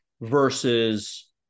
versus